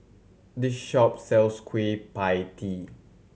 this shop sells Kueh Pie Tee